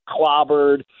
clobbered